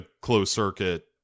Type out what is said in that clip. closed-circuit